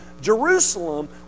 Jerusalem